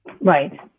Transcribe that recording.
Right